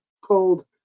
called